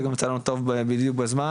זה גם יוצא לנו טוב בדיוק בזמן,